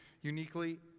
uniquely